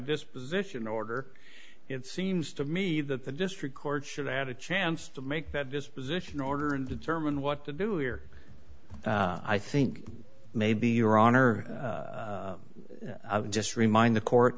disposition order it seems to me that the district court should had a chance to make that disposition order and determine what to do here i think maybe your honor i would just remind the court